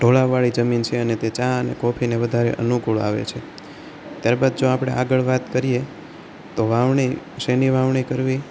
ઢોળાવવાળી જમીન છે અને તે ચા અને કોફીને વધારે અનુકૂળ આવે છે ત્યારબાદ જો આપણે આગળ વાત કરીએ તો વાવણી શેની વાવણી કરવી